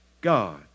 God